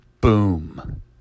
Boom